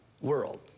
world